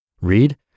Read